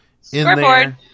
Scoreboard